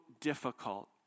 difficult